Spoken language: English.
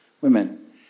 women